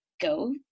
go